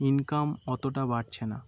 income অতোটা বাড়ছে না